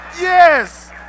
yes